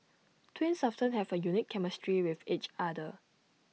twins often have A unique chemistry with each other